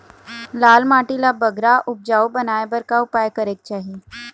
लाल माटी ला बगरा उपजाऊ बनाए बर का उपाय करेक चाही?